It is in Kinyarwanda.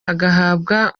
agahabwa